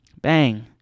Bang